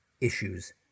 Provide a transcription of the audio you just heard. issues